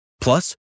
Plus